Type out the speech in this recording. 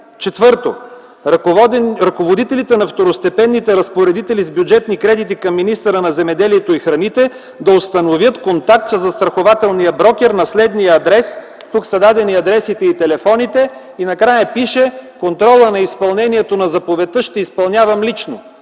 4. Ръководителите на второстепенните разпоредители с бюджетни кредити към министъра на земеделието и храните да установят контакт със застрахователния брокер на следния адрес ...”– тук са дадени адресите и телефоните. И накрая пише: „Контролът на изпълнението на заповедта ще изпълнявам лично”.